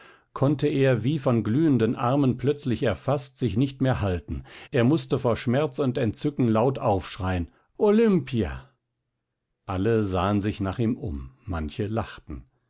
konnte er wie von glühenden ärmen plötzlich erfaßt sich nicht mehr halten er mußte vor schmerz und entzücken laut aufschreien olimpia alle sahen sich um nach ihm manche lachten